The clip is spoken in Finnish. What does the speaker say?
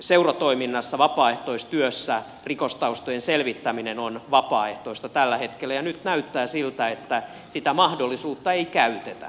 seuratoiminnassa vapaaehtoistyössä rikostaustojen selvittäminen on vapaaehtoista tällä hetkellä ja nyt näyttää siltä että sitä mahdollisuutta ei käytetä